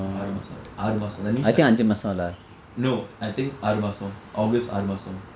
ஆறு மாதம் ஆறு மாதம்:aaru maatham aaru maatham that means like no I think ஆறு மாதம்:aaru maatham august ஆறு மாதம்:aaru maatham